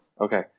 Okay